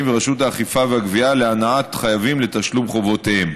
ורשות האכיפה והגבייה להנעת חייבים לתשלום חובותיהם.